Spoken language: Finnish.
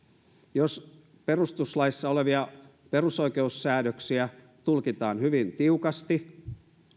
jos perustuslaissa olevia perusoikeussäädöksiä tulkitaan hyvin tiukasti